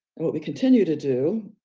and what we continue to do,